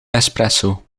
espresso